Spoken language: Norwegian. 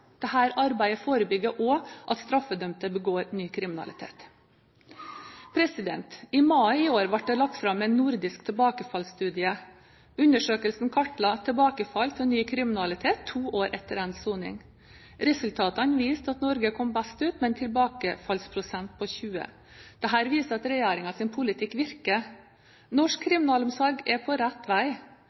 arbeidet forebygger også at straffedømte begår ny kriminalitet. I mai i år ble det lagt fram en nordisk tilbakefallsstudie. Undersøkelsen kartla tilbakefall til ny kriminalitet to år etter endt soning. Resultatene viste at Norge kom best ut, med en tilbakefallsprosent på 20. Dette viser at regjeringens politikk virker. Norsk kriminalomsorg er på rett vei.